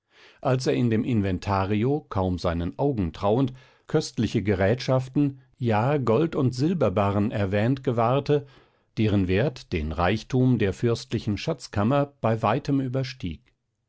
als er in dem inventario kaum seinen augen trauend köstliche gerätschaften ja gold und silberbarren erwähnt gewahrte deren wert den reichtum der fürstlichen schatzkammer bei weitem überstieg